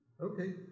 Okay